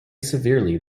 severely